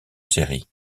série